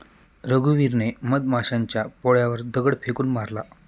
रघुवीरने मधमाशांच्या पोळ्यावर दगड फेकून मारला